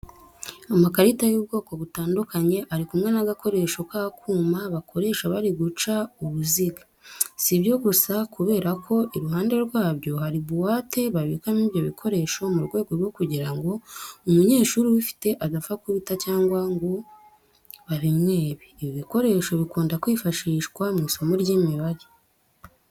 Amarati y'ubwoko butandukanye ari kumwe n'agakoresho k'akuma bakoresha bari guca uruziga. Si ibyo gusa kubera ko iruhande rwabyo hari buwate babikamo ibyo bikoresho mu rwego rwo kugira ngo umunyeshuri ubifite adapfa kubita cyangwa ngo babimwibe. Ibi bikoresho bikunda kwifashishwa mu isomo ry'imibare.